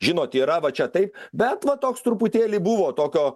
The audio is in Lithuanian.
žinot yra va čia taip bet va toks truputėlį buvo tokio